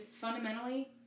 fundamentally